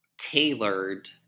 tailored